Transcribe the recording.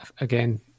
again